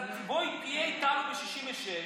בוא תהיה איתנו ב-66%,